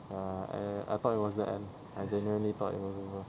ah eh I thought it was the end as in I really thought it was over